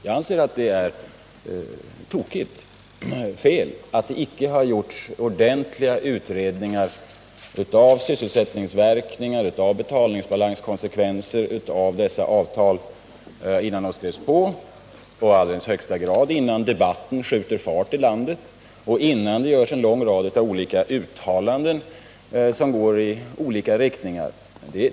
Jag anser att det är fel att det icke har gjorts ordentliga utredningar om sysselsättningsverkningar och betalningsbalanskonsekvenser av detta avtal, innan det skrevs på och innan debatten skjuter fart i landet och innan det görs en lång rad uttalanden som går i olika riktningar.